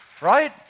right